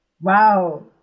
wow